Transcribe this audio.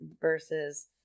Versus